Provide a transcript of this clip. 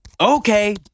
Okay